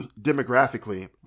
demographically